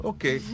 Okay